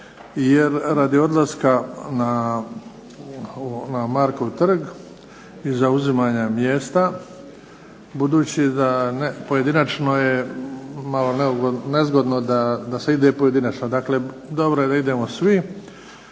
jer radi odlaska na Markov trg i zauzimanja mjesta. Budući pojedinačno je malo nezgodno da se ide, pojedinačno. Dakle, dobro je da idemo svi.